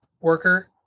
worker